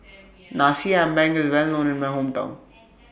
Nasi Ambeng IS Well known in My Hometown